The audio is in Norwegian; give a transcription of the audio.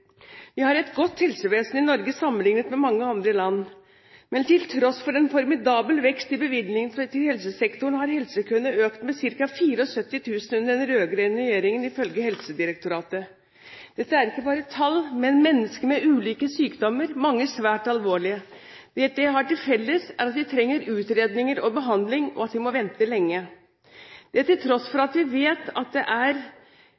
Vi har et godt helsevesen i Norge sammenlignet med mange andre land. Men til tross for en formidabel vekst i bevilgningene til helsesektoren har helsekøene økt med ca. 74 000 under den rød-grønne regjeringen, ifølge Helsedirektoratet. Dette er ikke bare tall, men mennesker med ulike sykdommer, mange svært alvorlige. Det de har til felles, er at de trenger utredninger og behandling, og at de må vente lenge – det til tross for